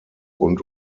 und